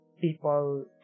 people